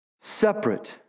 separate